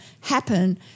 happen